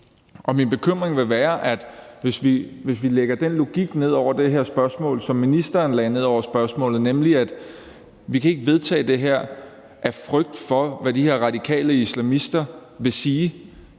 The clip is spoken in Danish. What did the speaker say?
og min bekymring vil være, at hvis vi lægger den logik ned over det her spørgsmål, som ministeren lagde ned over spørgsmålet, nemlig at vi ikke kan vedtage det her af frygt for, hvad de her radikale islamister vil sige,